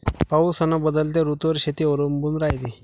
पाऊस अन बदलत्या ऋतूवर शेती अवलंबून रायते